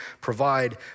provide